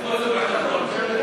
חוץ וביטחון.